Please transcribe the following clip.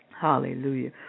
Hallelujah